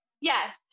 Yes